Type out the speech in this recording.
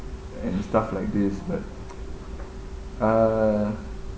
and stuff like this but uh